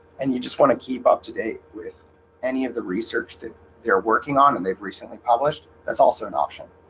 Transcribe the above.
and you just want to keep up to date with any of the research that they're working on and they've recently published that's also an option